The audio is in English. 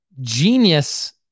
genius